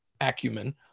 acumen